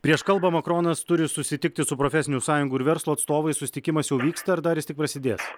prieš kalbą makronas turi susitikti su profesinių sąjungų ir verslo atstovais susitikimas jau vyksta ar dar jis tik prasidės